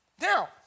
Now